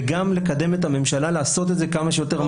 וגם לקדם את הממשלה לעשות את זה כמה שיותר מהר.